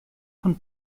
von